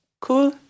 cool